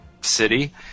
city